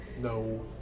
No